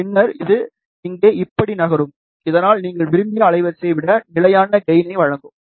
பின்னர் இது இங்கே இப்படி நகரும் இதனால் நீங்கள் விரும்பிய அலைவரிசையை விட நிலையான கெயினை வழங்கும்